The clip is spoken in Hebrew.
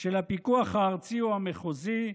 של הפיקוח הארצי או המחוזי,